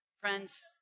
Friends